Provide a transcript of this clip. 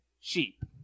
sheep